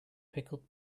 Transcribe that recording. pickled